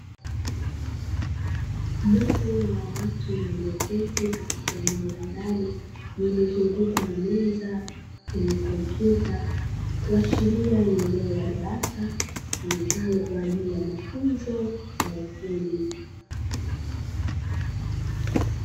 Jopo la watu walioketi katika eneo la ndani lililozungukwa na meza zenye kompyuta, kuashiria ni eneo la darasa litumikalo kwa ajili ya mafunzo ya ufundi.